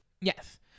Yes